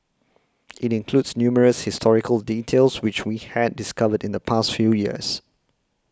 it includes numerous historical details which we had discovered in the past few years